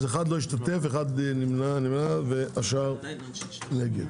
1 נמנע והשאר נגד.